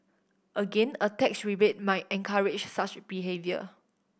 again a tax rebate might encourage such behaviour